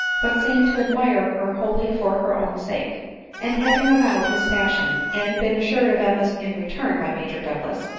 but seemed to admire her wholly for her own sake and having avowed his passion, and been assured of emma's in return, by major douglas,